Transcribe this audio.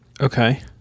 okay